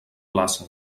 plaça